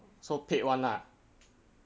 so paid [one] ah